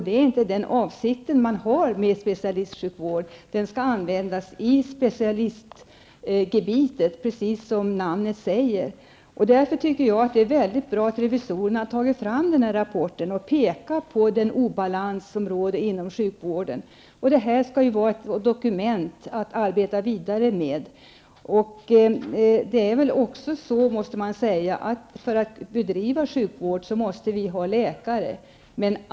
Det är ju inte avsikten med specialistsjukvården. Den skall användas i specialistgebitet, precis som namnet anger. Därför tycker jag att det är väldigt bra att revisorerna har tagit fram denna rapport och påpekat den obalans som råder inom sjukvården. Det är ett dokument att arbeta vidare med. Sedan måste man också säga att vi, för att bedriva sjukvård i landet, måste kunna rekrytera läkare.